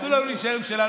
תנו לנו להישאר עם שלנו.